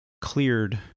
cleared